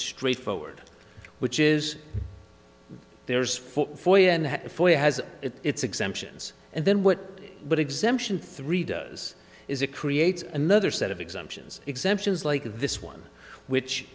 straightforward which is there is for foyer has its exemptions and then what but exemption three does is it creates another set of exemptions exemptions like this one which